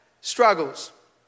struggles